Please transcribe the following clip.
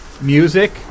Music